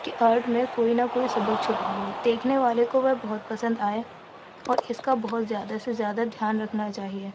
کہ آرٹ میں کوئی نا کوئی سبق چھپا ہو دیکھنے والے کو وہ بہت پسند آئے اور اس کا بہت زیادہ سے زیادہ دھیان رکھنا چاہیے